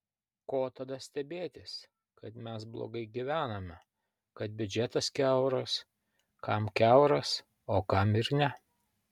ko tada stebėtis kad mes blogai gyvename kad biudžetas kiauras kam kiauras o kam ir ne